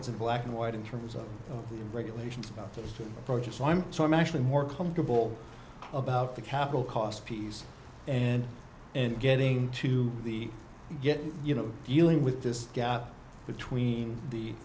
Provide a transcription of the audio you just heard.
it's a black and white in terms of the regulations about those two approaches so i'm so i'm actually more comfortable about the capital cost piece and and getting to the getting you know dealing with this gap between the